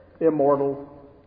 immortal